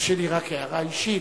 תרשי לי רק הערה אישית: